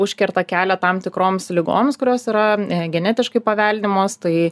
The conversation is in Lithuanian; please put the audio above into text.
užkerta kelią tam tikroms ligoms kurios yra genetiškai paveldimos tai